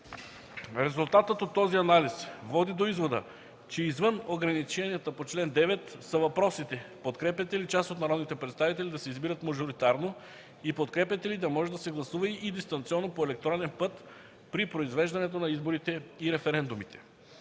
Резултатът от този анализ води до извода, че извън ограниченията по чл. 9 са въпросите: „Подкрепяте ли част от народните представители да се избират мажоритарно?” и „Подкрепяте ли да може да се гласува и дистанционно по електронен път при произвеждането на изборите и референдумите?”.